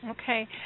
Okay